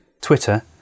Twitter